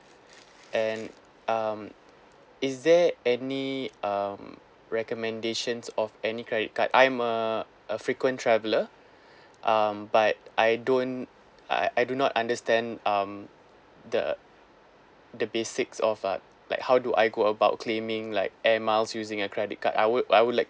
and um is there any um recommendations of any credit card I'm a a frequent traveler um but I don't I I do not understand um the the basics of uh like how do I go about claiming like air miles using a credit card I would I would like